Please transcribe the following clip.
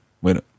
Bueno